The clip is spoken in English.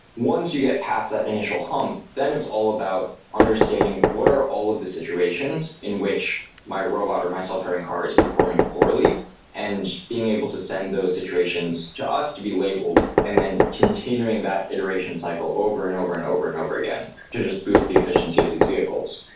once you get past that initial hump, then it's all about understanding what are all of the situations in which my robot or my self-driving car is performing poorly and being able to send those situations to us to be labeled and then continuing that iteration cycle over and over and over and over again to just boost the efficiency of these vehicles.